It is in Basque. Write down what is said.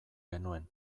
genuen